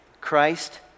Christ